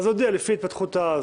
אז נודיע לפי ההתפתחות.